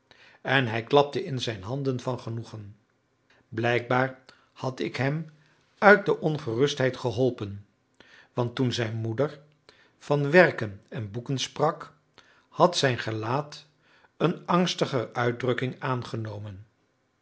en hij klapte in zijn handen van genoegen blijkbaar had ik hem uit de ongerustheid geholpen want toen zijn moeder van werken en boeken sprak had zijn gelaat een angstiger uitdrukking aangenomen